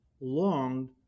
longed